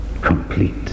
complete